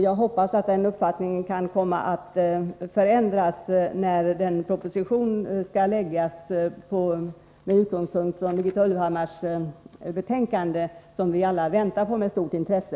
Jag hoppas att den uppfattningen kan komma att förändras innan den proposition skall framläggas som vi alla väntar på med stort intresse, med utgångspunkt i Birgitta Ulvhammars betänkande.